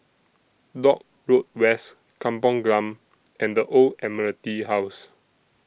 Dock Road West Kampong Glam and The Old Admiralty House